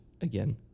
again